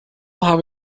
habe